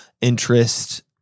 interest